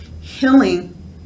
healing